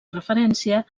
referència